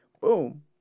boom